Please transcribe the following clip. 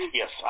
yes